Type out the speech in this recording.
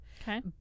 Okay